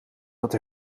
dat